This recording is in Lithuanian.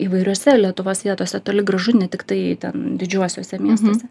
įvairiose lietuvos vietose toli gražu ne tiktai ten didžiuosiuose miestuose